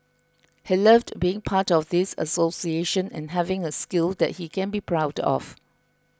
he loved being part of this association and having a skill that he can be proud of